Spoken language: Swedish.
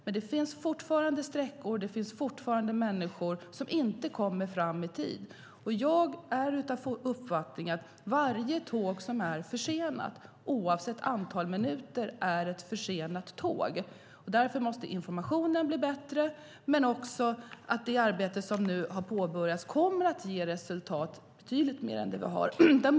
Men det finns fortfarande sträckor där det inte fungerar så bra, och det finns fortfarande människor som inte kommer fram i tid. Jag är av uppfattningen att varje tåg som är försenat, oavsett antalet minuter, är ett försenat tåg. Därför måste informationen bli bättre, och det arbete som har påbörjats kommer att ge resultat, betydligt mer än vad vi har i dag.